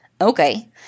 Okay